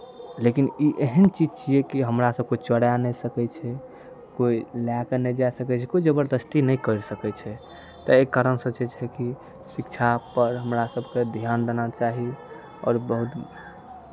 लेकिन ई एहन चीज छियै कि हमरासँ कोइ चोराए नहि सकै छै कोइ लए कऽ नहि जा सकै छै कोइ जबरदस्ती नहि करि सकै छै तऽ एहि कारणसँ जे छै कि शिक्षापर हमरा सभकेँ ध्यान देना चाही आओर बहुत